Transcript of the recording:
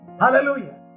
Hallelujah